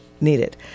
needed